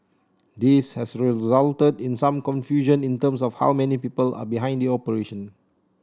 this has resulted in some confusion in terms of how many people are behind the operation